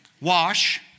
Wash